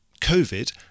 COVID